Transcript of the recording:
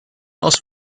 aus